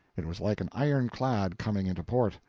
it was like an iron-clad coming into port.